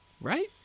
Right